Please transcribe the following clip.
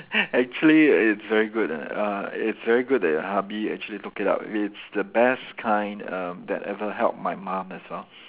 actually it's very good uh it's very good that your hubby actually took it up it's the best kind um that actually helped my mum as well